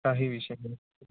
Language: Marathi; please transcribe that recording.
काही विषय नाही